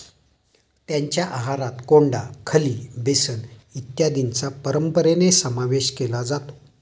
त्यांच्या आहारात कोंडा, खली, बेसन इत्यादींचा परंपरेने समावेश केला जातो